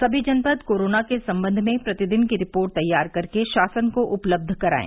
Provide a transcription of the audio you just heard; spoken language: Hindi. सभी जनपद कोरोना के सम्बन्ध में प्रतिदिन की रिपोर्ट तैयार कर शासन को उपलब्ध कराएं